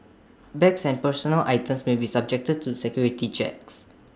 bags and personal items may be subjected to security checks